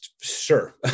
sure